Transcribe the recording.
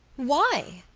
why?